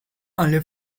only